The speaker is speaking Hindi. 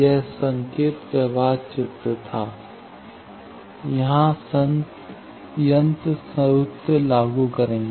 यह संकेत प्रवाह चित्र था यहां यंत्र सूत्र लागू करेंगी